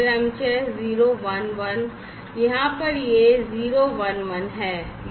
क्रमचय 011 यहाँ पर यह 011 है